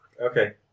Okay